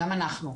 גם אנחנו.